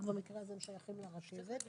רק במקרה הזה הם שייכים לרכבת.